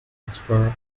explorer